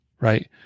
right